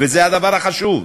וזה הדבר החשוב,